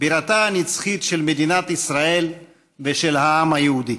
בירתה הנצחית של מדינת ישראל ושל העם היהודי.